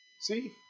See